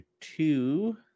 Two